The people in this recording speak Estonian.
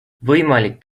võimalik